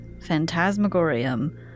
phantasmagorium